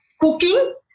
cooking